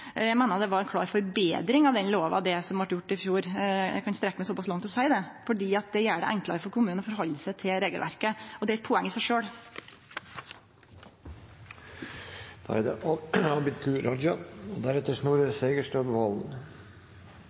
Eg meiner det var ei klar betring av lova det som vart gjort i fjor. Eg kan strekkje meg så pass langt og seie det, for det gjer det enklare for kommunane å halde seg til regelverket. Det er eit poeng i seg